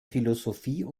philosophie